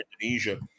Indonesia